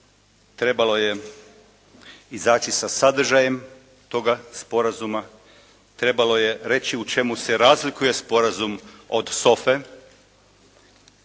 trebalo je izaći sa sadržajem toga sporazuma, trebalo je reći o čemu se razlikuje sporazum od SOFA-e.